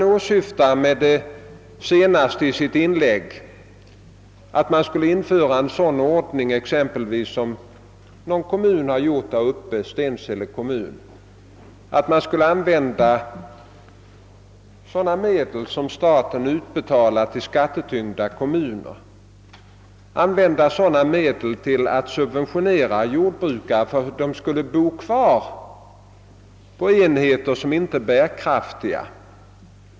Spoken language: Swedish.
Åsyftar han med sitt senaste inlägg att de medel som staten utbetalar till skattetyngda kommuner skall användas till att i likhet med vad som skett i Stensele kommun subventionera jordbrukare för att därigenom förmå dem att stanna kvar på enheter som inte är bärkraftiga?